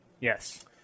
Yes